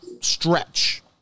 stretch